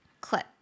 Clip